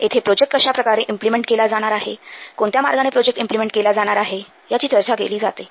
येथे प्रोजेक्ट कशाप्रकारे इम्प्लिमेंट केला जाणार आहे कोणत्या मार्गाने प्रोजेक्ट इम्प्लिमेंट केला जाणार आहे याची चर्चा केली जाते